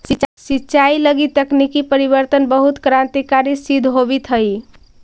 सिंचाई लगी तकनीकी परिवर्तन बहुत क्रान्तिकारी सिद्ध होवित हइ